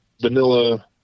vanilla